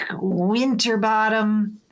Winterbottom